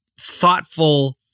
thoughtful